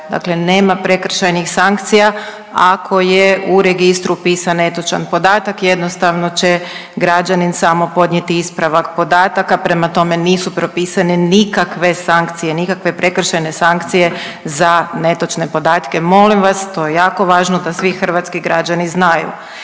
dakle nema prekršajnih sankcija ako je u registru upisan netočan podatak, jednostavno će građanin samo podnijeti ispravak podataka. Prema tome nisu propisane nikakve sankcije, nikakve prekršajne sankcije za netočne podatke. Molim vas, to je jako važno da svi hrvatski građani znaju.